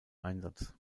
einsatz